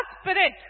spirit